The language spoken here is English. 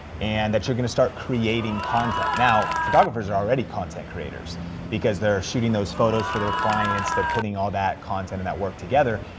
and that you're gonna start creating content. now, photographers are already content creators because they're shooting those photos for their clients, they're putting all that content and that work together,